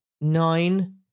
Nine